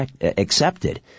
accepted